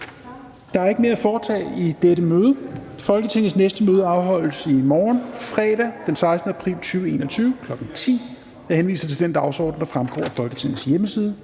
Der er ikke mere at foretage i dette møde. Folketingets næste møde afholdes i morgen, fredag den 16. april 2021, kl. 10.00. Jeg henviser til den dagsorden, der fremgår af Folketingets hjemmeside.